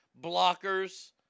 blockers